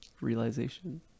realization